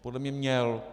Podle mě měl.